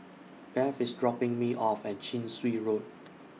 Beth IS dropping Me off At Chin Swee Road